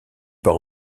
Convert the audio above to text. part